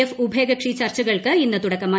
F ഉഭയകക്ഷി ചർച്ചകൾക്ക് ഇന്ന് തുടക്കമായി